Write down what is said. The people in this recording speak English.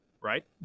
right